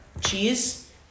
cheese